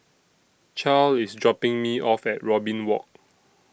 Charle IS dropping Me off At Robin Walk